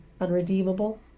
Unredeemable